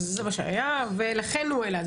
אז זה מה שהיה ולכן הוא העלה.